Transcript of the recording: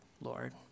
Lord